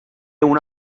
una